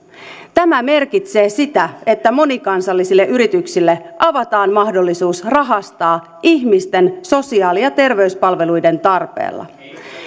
tämä merkitsee sitä että monikansallisille yrityksille avataan mahdollisuus rahastaa ihmisten sosiaali ja terveyspalveluiden tarpeella